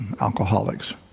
Alcoholics